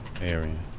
area